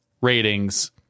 ratings